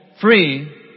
free